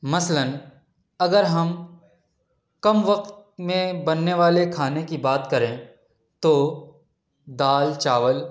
مثلاً اگر ہم كم وقت میں بننے والے کھانے کی بات کریں تو دال چاول